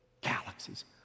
galaxies